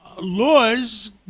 laws